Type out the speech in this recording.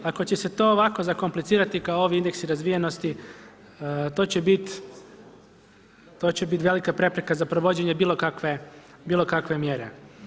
Ako će se to ovako zakomplicirati kao ovi indeksi razvijenosti to će biti velika prepreka za provođenje bilo kakve mjere.